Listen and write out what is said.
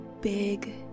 big